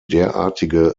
derartige